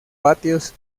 patios